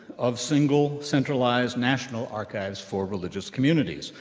of single, centralized national archives for religious communities.